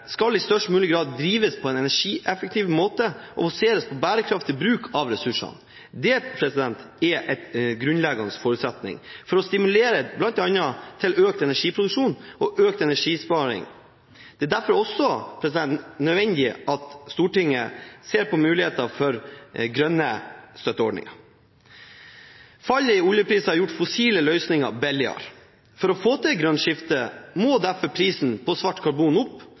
skal i størst mulig grad drives på en energieffektiv måte og baseres på bærekraftig bruk av ressursene. Det er en grunnleggende forutsetning for å stimulere til bl.a. økt energiproduksjon og økt energisparing. Det er derfor også nødvendig at Stortinget ser på muligheter for grønne støtteordninger. Fallet i oljepris har gjort fossile løsninger billigere. For å få til et grønt skifte må derfor prisen på svart karbon opp